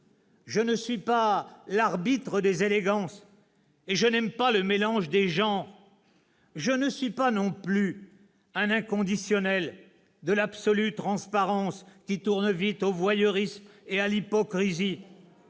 Je ne suis pas l'arbitre des élégances et je n'aime pas le mélange des genres. Je ne suis pas non plus un inconditionnel de l'absolue transparence, qui tourne vite au voyeurisme et à l'hypocrisie.